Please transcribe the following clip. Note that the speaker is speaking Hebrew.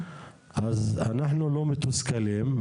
אנחנו לא מתוסכלים,